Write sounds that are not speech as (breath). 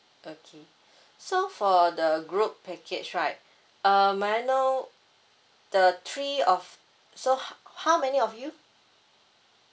okay (breath) so for the group package right (breath) um may I know the three of so how how many of you